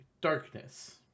darkness